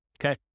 okay